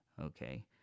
Okay